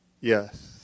Yes